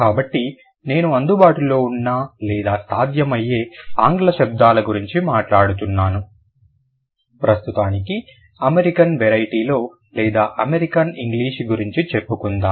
కాబట్టి నేను అందుబాటులో ఉన్న లేదా సాధ్యమయ్యే ఆంగ్ల శబ్దాల గురించి మాట్లాడుతున్నాను ప్రస్తుతానికి అమెరికన్ వెరైటీలో లేదా అమెరికన్ ఇంగ్లీషు గురించి చెప్పుకుందాం